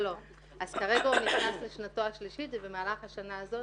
-- כרגע הוא נכנס לשנתו השלישית ובמהלך השנה הזאת,